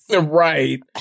Right